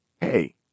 Hey